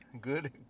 good